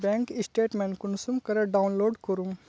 Bank statement कुंसम करे download करूम?